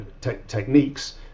techniques